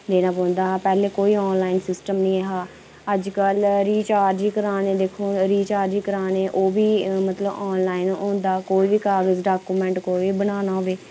देना पौंदा हा पैह्ले कोई आनलाइन सिस्टम नेईं हा अज्जकल रीचार्ज बी कराने दिक्खो रीचार्ज कराने ओह् बी मतलब आनलाइन होंदा कोई बी कागज डाक्यूमेंट कोई बी बनाना हौवै